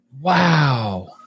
Wow